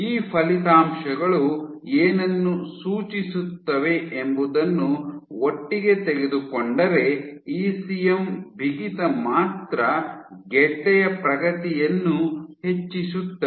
ಈ ಫಲಿತಾಂಶಗಳು ಏನನ್ನು ಸೂಚಿಸುತ್ತವೆ ಎಂಬುದನ್ನು ಒಟ್ಟಿಗೆ ತೆಗೆದುಕೊಂಡರೆ ಇಸಿಎಂ ಬಿಗಿತ ಮಾತ್ರ ಗೆಡ್ಡೆಯ ಪ್ರಗತಿಯನ್ನು ಹೆಚ್ಚಿಸುತ್ತದೆ